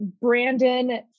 Brandon